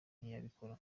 ntiyabikora